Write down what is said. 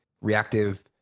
reactive